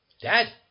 Dad